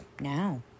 now